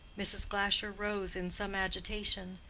mrs. glasher rose in some agitation.